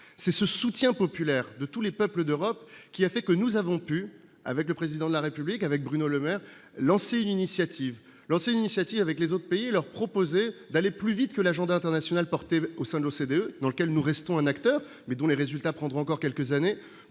c'est ce soutien populaire de tous les peuples d'Europe qui a fait que nous avons pu, avec le président de la République avec Bruno Lemaire, lancer une initiative lancée l'initiative avec les autres pays et leur proposer d'aller plus vite que l'agent d'international porté au sein de l'OCDE, dans lequel nous restons un acteur mais dont les résultats prendre encore quelques années